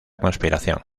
conspiración